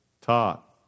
taught